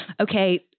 okay